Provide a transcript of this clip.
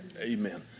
Amen